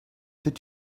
did